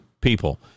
people